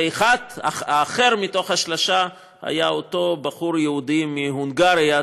ואחד אחר מתוך השלושה היה אותו בחור יהודי מהונגריה,